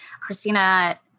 Christina